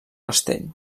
rastell